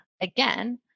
again